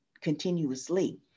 continuously